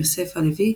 יוסף הלוי,